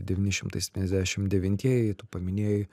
devyni šimtai septyniasdešim devintieji tu paminėjai